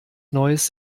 neues